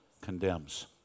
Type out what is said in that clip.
condemns